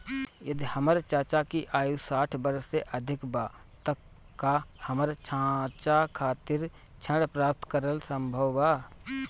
यदि हमर चाचा की आयु साठ वर्ष से अधिक बा त का हमर चाचा खातिर ऋण प्राप्त करल संभव बा